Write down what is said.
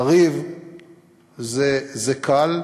לריב זה קל,